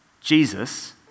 Jesus